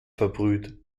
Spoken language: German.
verbrüht